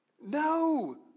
No